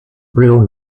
real